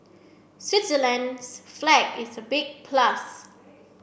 Switzerland's flag is a big plus